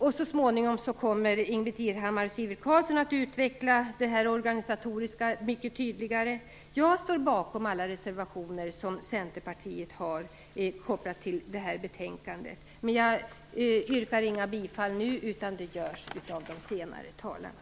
Så småningom kommer Inbritt Irhammar och Sivert Carlsson att utveckla det organisatoriska mycket tydligare. Jag står bakom alla reservationer som Centerpartiet har kopplat till detta betänkande. Men jag yrkar nu inga bifall, utan det görs av de senare talarna.